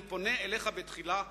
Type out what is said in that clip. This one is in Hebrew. אני פונה אליך בתחינה,